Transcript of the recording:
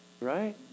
right